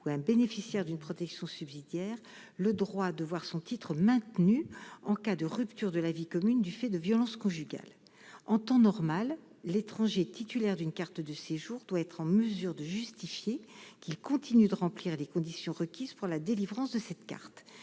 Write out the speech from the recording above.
ou un bénéficiaire d'une protection subsidiaire : le droit de voir son titre maintenu en cas de rupture de la vie commune, du fait de violences conjugales en temps normal, l'étranger titulaire d'une carte de séjour doit être en mesure de justifier qui continue de remplir les conditions requises pour la délivrance de cette carte